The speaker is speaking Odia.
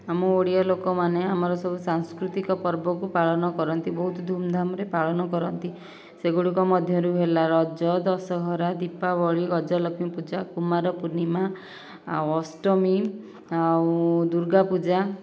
ଆମ ଓଡ଼ିଆ ଲୋକମାନେ ଆମର ସବୁ ସାଂସ୍କୃତିକ ପର୍ବକୁ ପାଳନ କରନ୍ତି ବହୁତ ଧୁମଧାମରେ ପାଳନ କରନ୍ତି ସେଗୁଡ଼ିକ ମଧ୍ୟରୁ ହେଲା ରଜ ଦଶହରା ଦୀପାବଳୀ ଗଜଲକ୍ଷ୍ମୀ ପୂଜା କୁମାରପୂର୍ଣିମା ଆଉ ଅଷ୍ଟମୀ ଆଉ ଦୁର୍ଗା ପୂଜା